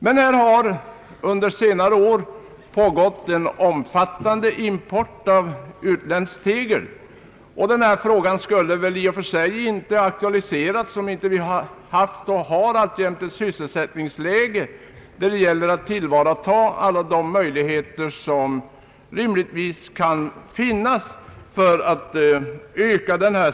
Under senare år har det pågått en omfattande import av utländskt tegel, något som inte skulle ha påkallat uppmärksamhet om vi inte haft och alltjämt har ett sysselsättningsläge där det gäller att tillvarata alla de möjligheter som rimligtvis kan finnas.